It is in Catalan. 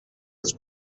als